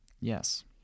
yes